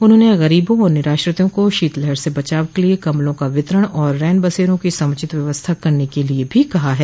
उन्होंने गरीबों और निराश्रितों को शीतलहर से बचाव के लिये कम्बलों का वितरण और रैन बसरों की समुचित व्यवस्था करने के लिये भी कहा है